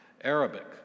Arabic